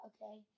Okay